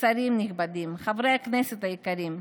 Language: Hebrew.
שרים נכבדים, חברי כנסת יקרים,